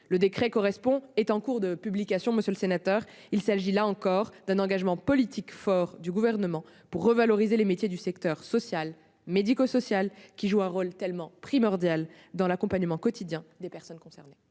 Le décret correspondant est en cours de publication. Il s'agit là encore d'un engagement politique fort du Gouvernement, pour revaloriser les métiers du secteur social et médico-social, qui jouent un rôle primordial dans l'accompagnement quotidien des personnes concernées.